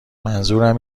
منظورم